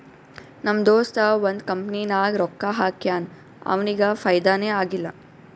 ನಮ್ ದೋಸ್ತ ಒಂದ್ ಕಂಪನಿನಾಗ್ ರೊಕ್ಕಾ ಹಾಕ್ಯಾನ್ ಅವ್ನಿಗ ಫೈದಾನೇ ಆಗಿಲ್ಲ